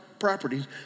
properties